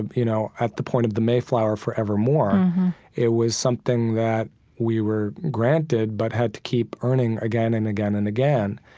you know, at the point of the mayflower forevermore mm-hmm it was something that we were granted but had to keep earning again and again and again.